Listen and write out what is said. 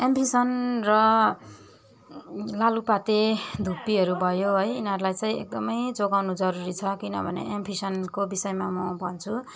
एम्फिसन र लालुपाते धुप्पीहरू भयो है यिनीहरूलाई चाहिँ एकदमै जोगाउनु जरुरी छ किनभने एम्फिसनको विषयमा म भन्छु